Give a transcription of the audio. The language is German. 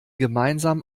gemeinsam